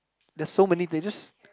there's so many they just